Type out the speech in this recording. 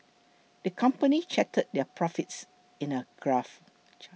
the company charted their profits in a graph